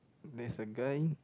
there's a guy